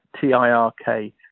T-I-R-K